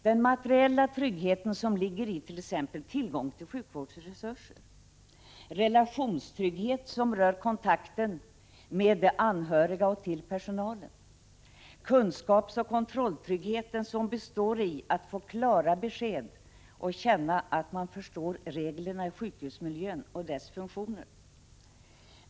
Den materiella tryggheten ligger it.ex. tillgång till sjukvårdsresurser. Relationstryggheten rör kontakten med de anhöriga och till personalen. Kunskapsoch kontrolltryggheten består i att få klara besked och känna att man förstår reglerna i sjukhusmiljön och deras funktioner.